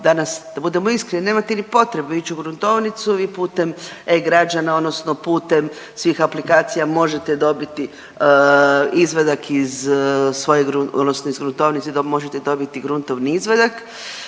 da budemo iskreni nemate ni potrebu ić u gruntovnicu i putem e-građana odnosno putem svih aplikacija možete dobiti izvadak iz svoje odnosno iz gruntovnice možete dobiti gruntovni izvadak,